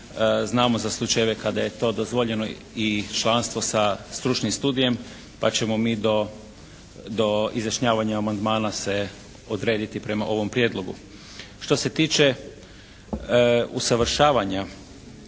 Znamo da slučajeve kada je to dozvoljeno i članstvo sa stručnim studijem pa ćemo mi do izjašnjavanja amandmana se odrediti prema ovom prijedlogu. Što se tiče usavršavanja